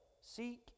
seek